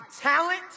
talent